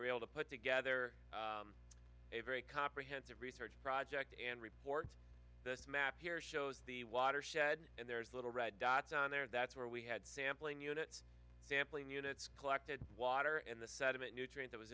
were able to put together a very comprehensive research project and reports this map here shows the watershed and there's little red dots on there and that's where we had sampling units sampling units collected water and the sediment nutrient that was